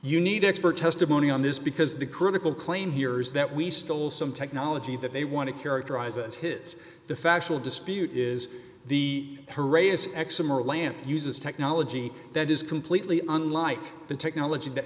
you need expert testimony on this because the critical claim here is that we stole some technology that they want to characterize as hits the factual dispute is the her a s x m or lamp uses technology that is completely unlike the technology that